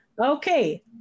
Okay